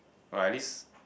or at least